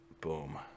Boom